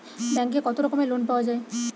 ব্যাঙ্কে কত রকমের লোন পাওয়া য়ায়?